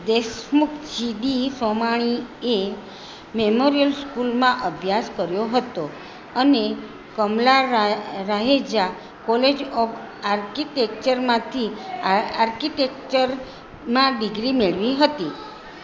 Deshmukh GD સોમાણીએ memorial સ્કૂલમાં અભ્યાસ કર્યો હતો અને કમલા રાહેજા કોલેજ ઓફ આર્કિટેક્ચરમાંથી આર્કિટેક્ચર માં ડિગ્રી મેળવી હતી